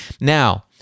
Now